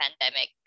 pandemic